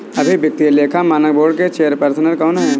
अभी वित्तीय लेखा मानक बोर्ड के चेयरपर्सन कौन हैं?